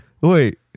Wait